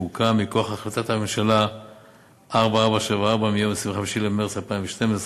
שהוקם מכוח החלטת הממשלה מס' 4474 מיום 35 במרס 2012,